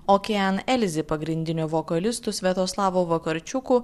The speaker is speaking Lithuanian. okean elzi pagrindiniu vokalistu sviatoslavu vakarčiuku